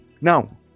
Now